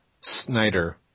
Snyder